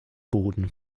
boden